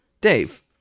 Dave